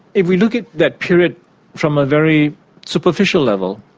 if we look at that period from a very superficial level,